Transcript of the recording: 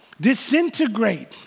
disintegrate